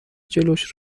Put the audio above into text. جلوش